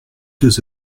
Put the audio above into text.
deux